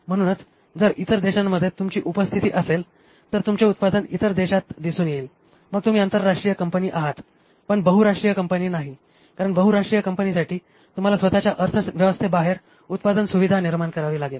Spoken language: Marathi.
म्हणूनच जर इतर देशांमध्ये तुमची उपस्थिती असेल तर तुमचे उत्पादन इतर देशांत दिसून येईल मग तुम्ही आंतरराष्ट्रीय कंपनी आहात पण बहुराष्ट्रीय कंपनी नाही कारण बहुराष्ट्रीय कंपनीसाठी तुम्हाला स्वतःच्या अर्थव्यवस्थेबाहेर उत्पादन सुविधा निर्माण करावी लागेल